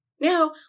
Now